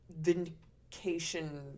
vindication